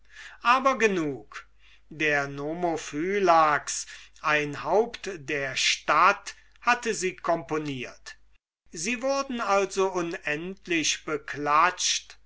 aber genug der nomophylax ein haupt der stadt hatte sie componiert sie wurden also unendlich beklatscht